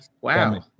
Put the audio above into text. Wow